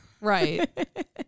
Right